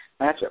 matchup